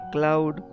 Cloud